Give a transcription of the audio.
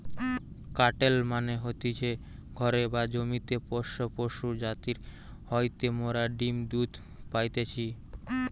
কাটেল মানে হতিছে ঘরে বা জমিতে পোষ্য পশু যাদির হইতে মোরা ডিম্ দুধ পাইতেছি